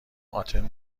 آتن